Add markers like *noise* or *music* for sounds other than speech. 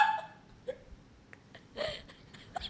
*laughs*